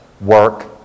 work